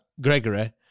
Gregory